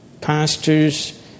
pastors